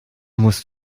musst